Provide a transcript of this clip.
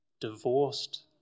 divorced